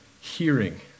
hearing